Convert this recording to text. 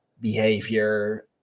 behavior